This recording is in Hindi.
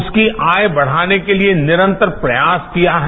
उसकी आय बढ़ाने के लिए निरंतर प्रयास किया है